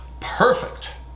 perfect